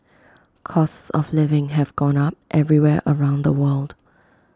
costs of living have gone up everywhere around the world